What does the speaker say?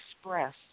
express